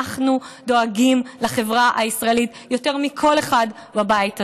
אנחנו דואגים לחברה הישראלית יותר מכל אחד בבית הזה.